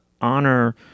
honor